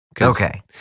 Okay